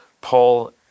Paul